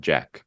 Jack